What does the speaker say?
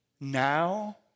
Now